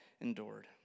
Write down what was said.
endured